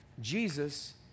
Jesus